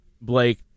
Blake